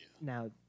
Now